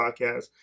podcast